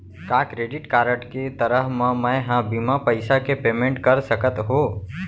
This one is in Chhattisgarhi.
का क्रेडिट कारड के रहत म, मैं ह बिना पइसा के पेमेंट कर सकत हो?